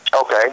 Okay